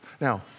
Now